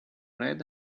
red